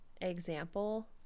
example